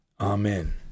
Amen